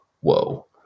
whoa